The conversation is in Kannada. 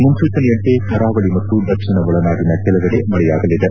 ಮುನ್ಸೂಚನೆಯಂತೆ ಕರಾವಳಿ ಮತ್ತು ದಕ್ಷಿಣ ಒಳನಾಡಿನ ಕೆಲವೆಡೆ ಮಳೆಯಾಗಲಿದೆ